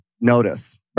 notice